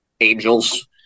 Angels